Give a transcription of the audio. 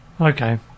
Okay